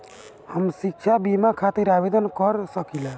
हम शिक्षा बीमा खातिर आवेदन कर सकिला?